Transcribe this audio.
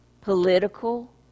political